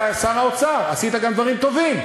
אתה שר האוצר, עשית גם דברים טובים.